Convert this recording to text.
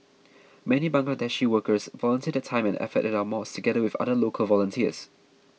many Bangladeshi workers volunteer their time and effort at our mosques together with other local volunteers